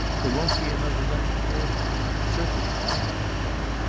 there won't be another left for her. certainly i haven't one.